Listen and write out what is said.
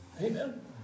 Amen